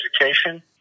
education